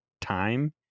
time